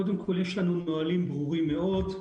קודם כל, יש לנו נהלים ברורים מאוד.